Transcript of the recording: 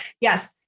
yes